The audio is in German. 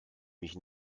mich